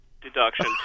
deduction